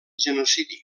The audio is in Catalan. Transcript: genocidi